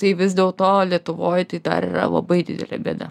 tai vis dėl to lietuvoj tai labai didelė bėda